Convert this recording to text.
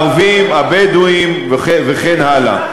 הערבים, הבדואים וכן הלאה.